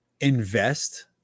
invest